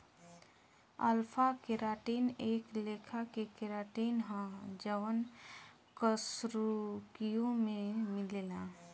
alpha keratin एक लेखा के केराटिन ह जवन कशेरुकियों में मिलेला